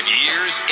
years